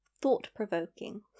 thought-provoking